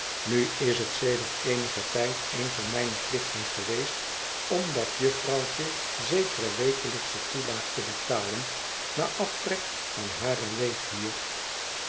nu is het sedert eenigen tijd een van mijne plichten geweest om dat jufvrouwtje zekere wekelijksche toelaag te betalen na aftrek van hare